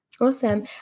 Awesome